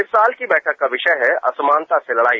इस साल की बैठक का विषय है असमानता से लड़ाई